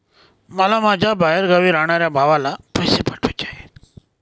मला माझ्या बाहेरगावी राहणाऱ्या भावाला पैसे पाठवायचे आहे